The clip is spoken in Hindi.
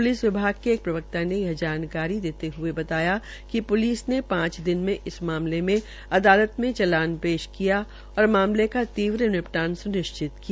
प्लिस विभाग के प्रवक्ता ने यह जानकारी देते हये बताया कि प्लिस ने पांच दिन में इस मामले में अदालत में चालान पेश किया और मामले का तीव्र निपटान सुनिश्चित किया